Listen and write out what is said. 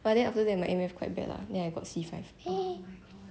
but then after that my A math quite bad lah then I got C five